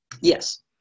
Yes